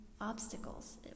obstacles